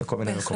לכל מיני מקומות.